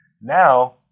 Now